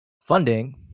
funding